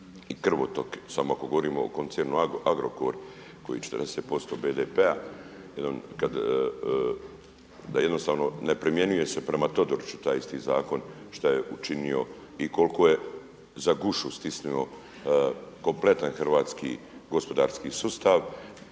i krvotok, samo ako govorimo o koncernu Agrokor koji 40% BDP-a da jednostavno ne primjenjuje se prema Todoriću taj isti zakon šta je učinio i koliko je za gušu stisnuo kompletan gospodarski sustav,